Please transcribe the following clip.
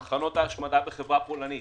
למחנות השמדה בחברה פולנית.